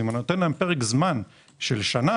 אם ניתן להם פרק זמן של שנה